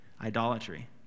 idolatry